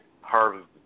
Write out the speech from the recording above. harvest